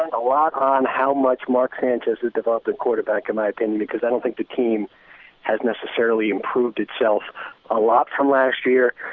and a lock on how much mark anticipate what but the quarterback american because i don't think became as necessarily improved itself a lot from last year